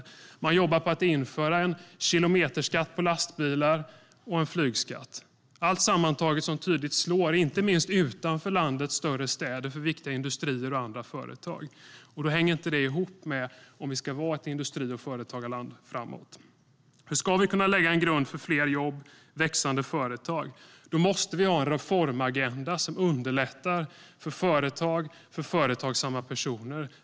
Regeringen jobbar för att införa en kilometerskatt på lastbilsskatt och en flygskatt. Allt detta sammantaget slår tydligt, inte minst utanför landets större städer, mot viktiga industrier och andra företag. Det hänger inte ihop med att vi ska vara ett industri och företagarland framåt. Om vi ska kunna lägga en grund för fler jobb och växande företag måste vi ha en reformagenda som underlättar för företag och för företagsamma personer.